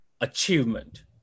achievement